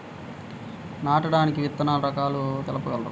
నాటడానికి విత్తన రకాలు తెలుపగలరు?